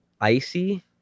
icy